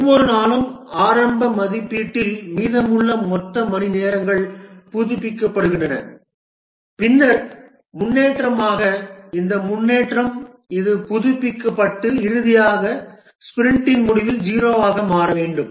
ஒவ்வொரு நாளும் ஆரம்ப மதிப்பீட்டில் மீதமுள்ள மொத்த மணிநேரங்கள் புதுப்பிக்கப்படுகின்றன பின்னர் முன்னேற்றமாக இந்த முன்னேற்றம் இது புதுப்பிக்கப்பட்டு இறுதியாக ஸ்பிரிண்டின் முடிவில் 0 ஆக மாற வேண்டும்